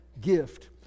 Gift